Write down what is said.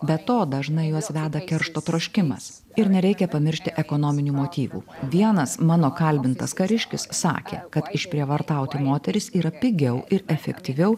be to dažnai juos veda keršto troškimas ir nereikia pamiršti ekonominių motyvų vienas mano kalbintas kariškis sakė kad išprievartauti moteris yra pigiau ir efektyviau